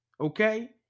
okay